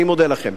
אני מודה לכם.